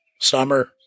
summer